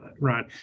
right